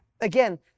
Again